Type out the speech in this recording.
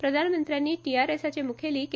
प्रधानमंत्र्यांनी टीआरएसाचे मुखेली के